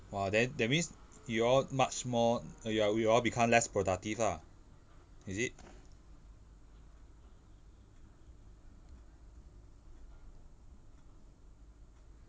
!wah! then that means you all much more y'all y'all become less productive lah is it